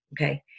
okay